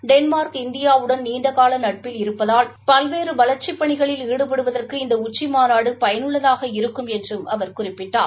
Denmark இந்தியாவுடன் நீண்டனால நட்பில் இருப்பதால் பலவேறு வளர்ச்சிப் பணிகளில் ஈடுபடுவதற்கு இந்த உச்சிமாநாடு பயனுள்ளதாக இருக்கும் என்றும் அவர் குறிப்பிட்டார்